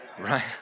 right